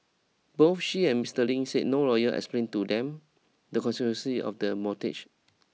both she and Mister Ling said no lawyer explained to them the consequences of the